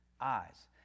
eyes